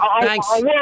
thanks